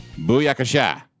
Booyakasha